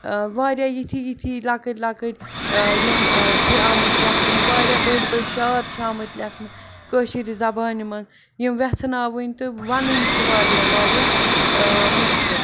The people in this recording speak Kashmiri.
ٲں واریاہ یِتھی یِتھی لۄکٕٹۍ لۄکٕٹۍ ٲں یِم ٲں چھِ آمِتۍ لیٚکھنہٕ واریاہ بٔڑۍ بٔڑۍ شعر چھِ آمِتۍ لیٚکھنہٕ کٲشِرِ زبانہِ منٛز یِم ویٚژھناوٕنۍ تہٕ وَنٕنۍ چھِ واریاہ واریاہ ٲں مشکل